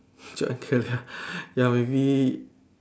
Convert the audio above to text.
ya maybe